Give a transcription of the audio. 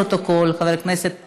בעד, 18 חברי כנסת,